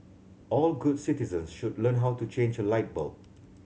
all good citizens should learn how to change a light bulb